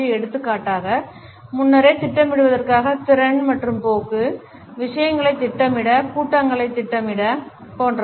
எடுத்துக்காட்டாக முன்னரே திட்டமிடுவதற்கான திறன் மற்றும் போக்கு விஷயங்களை திட்டமிட கூட்டங்களைத் திட்டமிடுவது போன்றவை